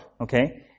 okay